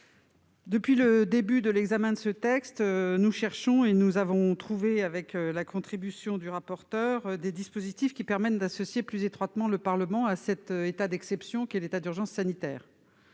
Depuis le début de l'examen de ce texte, nous cherchons- et nous en avons trouvé, avec la contribution du rapporteur -des dispositifs permettant d'associer plus étroitement le Parlement à cet état d'exception qu'est l'état d'urgence sanitaire.